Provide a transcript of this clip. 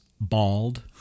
bald